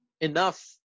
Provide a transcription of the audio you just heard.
enough